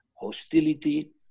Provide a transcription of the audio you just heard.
hostility